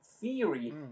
theory